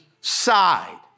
side